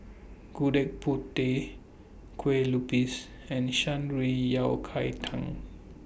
Gudeg Putih Kueh Lupis and Shan Rui Yao Cai Tang